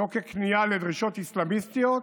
לא ככניעה לדרישות אסלאמיסטיות,